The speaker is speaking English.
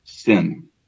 Sin